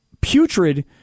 putrid